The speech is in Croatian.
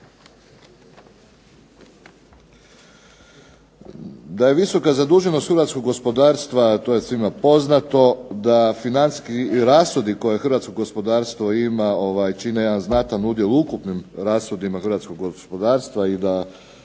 Da je visoka zaduženost hrvatskog gospodarstva, a to je svima poznato da financijski rashodi koje hrvatsko gospodarstvo ima čine jedan znatan udjel u ukupnim rashodima hrvatskog gospodarstva i da